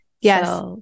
Yes